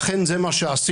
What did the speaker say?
אכן זה מה שעשינו.